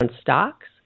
stocks